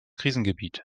krisengebiet